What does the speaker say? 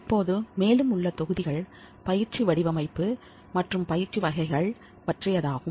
இப்போது மேலும் உள்ள தொகுதிகள் பயிற்சி வடிவமைப்பு மற்றும் பயிற்சி வகைகள் பற்றியதாகும்